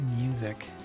music